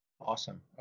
Awesome